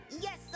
Yes